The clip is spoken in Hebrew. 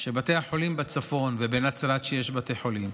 בתי החולים בצפון ובנצרת, יש בתי חולים,